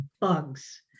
bugs